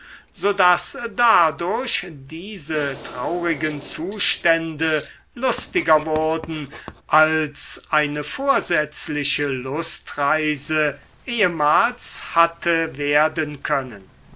so daß dadurch diese traurigen zustände lustiger wurden als eine vorsätzliche lustreise ehemals hatte werden können